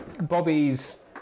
Bobby's